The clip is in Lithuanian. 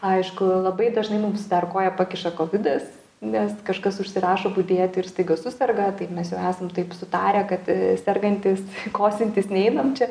aišku labai dažnai mums koją pakiša kovidas nes kažkas užsirašo budėti ir staiga suserga tai mes jau esam taip sutarę kad sergantys kosintys neinam čia